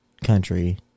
Country